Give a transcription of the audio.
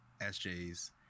SJs